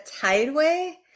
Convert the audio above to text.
tideway